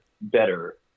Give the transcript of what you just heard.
better